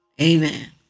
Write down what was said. Amen